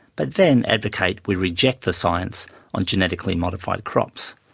but then advocate we reject the science on genetically-modified crops.